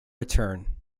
return